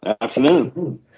Afternoon